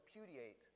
repudiate